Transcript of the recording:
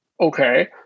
okay